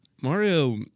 Mario